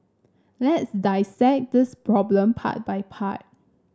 let's dissect this problem part by part